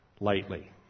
lightly